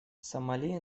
сомали